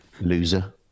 loser